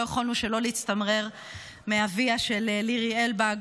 לא יכולנו שלא להצטמרר מאביה של לירי אלבג